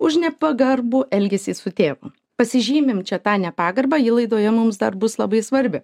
už nepagarbų elgesį su tėvu pasižymim čia tą nepagarbą ji laidoje mums dar bus labai svarbi